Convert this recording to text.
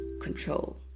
control